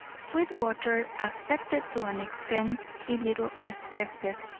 sweetwater, affected to an extent he little expected,